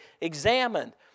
examined